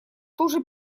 туже